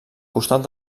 costat